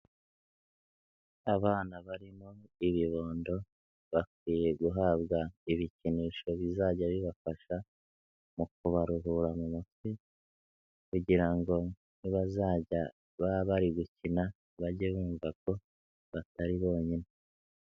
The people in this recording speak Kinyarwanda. Abana barimo ibibondo, bakwiye guhabwa ibikinisho bizajya bibafasha, mu kubaruhura mu mutwe kugira ngo nibazajya bari gukina, bajye bumva ko batari bonyine.